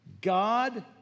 God